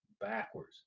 backwards